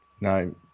No